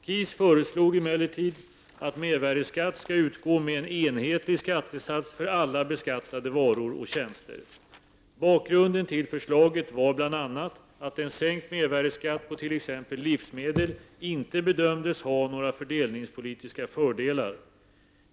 KIS förslog emllertid att mervärdeskatt skall utgå med en enhetlig skattesats för alla beskattade varor och tjänster. Bakgrunden till förslaget var bl.a. att en sänkt mervärdeskatt på t.ex. livsmedel inte bedömdes ha några fördelningspolitiska fördelar.